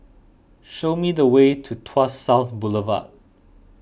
show me the way to Tuas South Boulevard